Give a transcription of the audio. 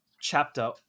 chapter